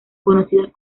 conocidas